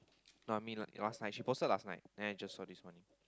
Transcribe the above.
no I mean your last night she posted last night then I just saw this morning